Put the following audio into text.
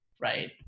right